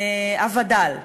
הווד"ל,